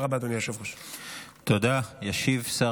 תודה רבה, אדוני היושב-ראש.